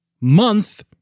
month